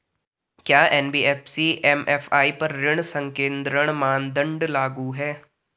क्या NBFC MFI पर ऋण संकेन्द्रण मानदंड लागू हैं?